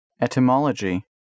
Etymology